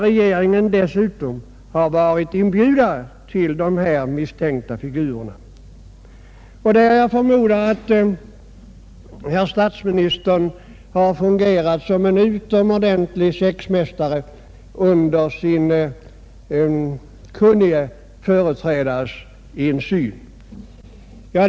Regeringen har därvid dessutom stått som inbjudare av dessa misstänkta figurer, och jag förmodar också att herr statsministern har fungerat som en utomordentlig sexmästare under sin kunnige företrädares överinseende.